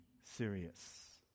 serious